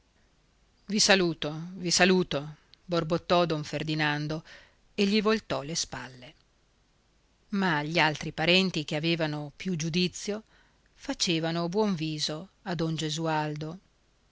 i saluto vi saluto borbottò don ferdinando e gli voltò le spalle ma gli altri parenti che avevano più giudizio facevano buon viso a don gesualdo